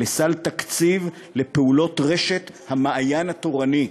לסל תקציב לפעולות רשת "מעיין החינוך התורני"